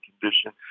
condition